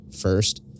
first